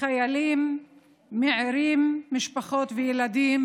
חיילים מעירים משפחות וילדים,